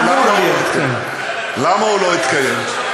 למה הוא לא התקיים?